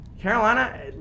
Carolina